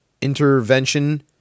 intervention